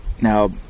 now